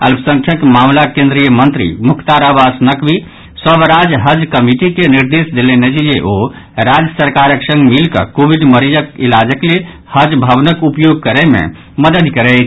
अल्पसंख्यक मामिलाक केन्द्रीय मंत्री मुख्तार अब्बास नकवी सभ राज्य हज कमिटी के निर्देश देलनि अछि जे ओ राज्य सरकारक संग मिलि कऽ कोविड मरीजक इलाजक लेल हज भवनक उपयोग करय मे मददि करैथ